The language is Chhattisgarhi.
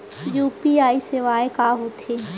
यू.पी.आई सेवाएं का होथे?